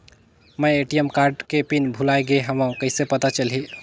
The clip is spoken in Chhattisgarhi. मैं ए.टी.एम कारड के पिन भुलाए गे हववं कइसे पता चलही?